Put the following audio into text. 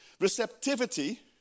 receptivity